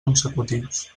consecutius